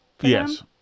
Yes